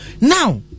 Now